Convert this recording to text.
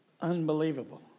Unbelievable